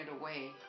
away